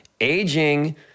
aging